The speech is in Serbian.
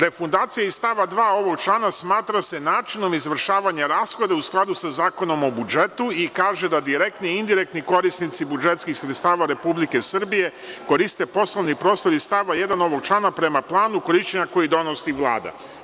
Refundacija iz stava 2. ovog člana smatra se načinom izvršavanja rashoda u skladu sa Zakonom o budžetu i kaže da direktni i indirektni korisnici budžetskih sredstava Republike Srbije koriste poslovni prostor iz stava 1. ovog člana prema planu korišćenja koji donosi Vlada.